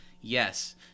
Yes